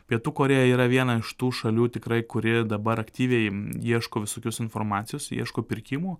pietų korėja yra viena iš tų šalių tikrai kuri dabar aktyviai ieško visokios informacijos ieško pirkimų